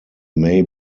may